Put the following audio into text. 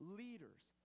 leaders